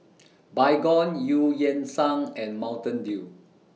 Baygon EU Yan Sang and Mountain Dew